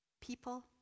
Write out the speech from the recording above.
people